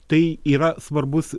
tai yra svarbus